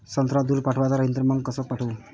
संत्रा दूर पाठवायचा राहिन तर मंग कस पाठवू?